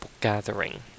gathering